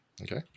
Okay